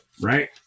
Right